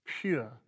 pure